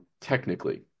technically